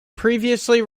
previously